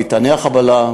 מטעני החבלה,